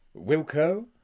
Wilco